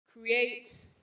Create